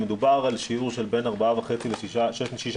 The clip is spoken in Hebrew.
מדובר על שיעור של בין 4.5% ל-6.6%,